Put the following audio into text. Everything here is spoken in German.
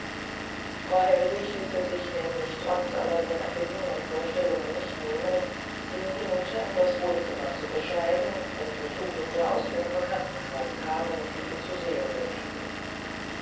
frau hellwig ließ es sich nämlich trotz aller seiner bitten und vorstellungen nicht nehmen ihn hinunter in das wohnzimmer zu bescheiden wenn besuchende aus ihrem bekanntenkreise kamen die ihn zu sehen wünschten